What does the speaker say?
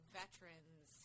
veterans